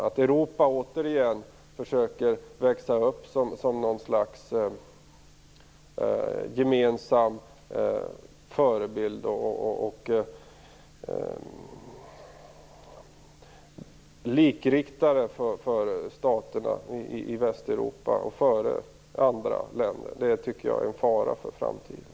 Att Europa återigen försöker växa upp som ett slags gemensam förebild och likriktare för staterna i Västeuropa och för andra länder tycker jag är en fara för framtiden.